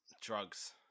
Drugs